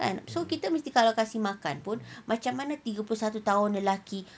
kan so kita kalau kasi makan pun macam mana tiga puluh satu tahun lelaki